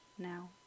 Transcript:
now